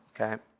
okay